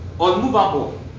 unmovable